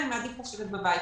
אני מעדיף לשבת בבית,